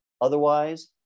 Otherwise